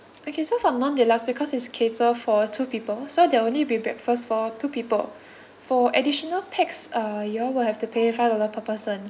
okay so for non deluxe because it's cater for two people so there'll only be breakfast for two people for additional pax uh you all will have to pay five dollar per person